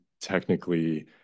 technically